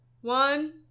One